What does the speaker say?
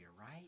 right